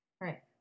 Right